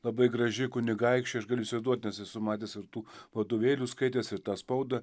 labai graži kunigaikščiai aš galiu įsivaizduot nes esu matęs ir tų vadovėlių skaitęs ir tą spaudą